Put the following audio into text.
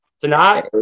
tonight